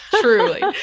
Truly